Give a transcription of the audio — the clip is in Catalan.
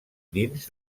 dins